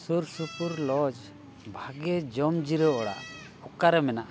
ᱥᱩᱨᱼᱥᱩᱯᱩᱨ ᱞᱚᱡᱽ ᱵᱷᱟᱜᱮ ᱡᱚᱢ ᱡᱤᱨᱟᱹᱣ ᱚᱲᱟᱜ ᱚᱠᱟᱨᱮ ᱢᱮᱱᱟᱜᱼᱟ